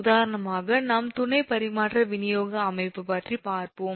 உதாரணமாக நாம் துணை பரிமாற்ற விநியோக அமைப்பு பற்றி பார்ப்போம்